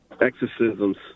exorcisms